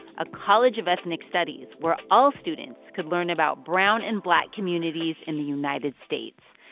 a college of ethnic studies where all students could learn about brown and black communities in the united states.